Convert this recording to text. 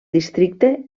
districte